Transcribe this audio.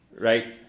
Right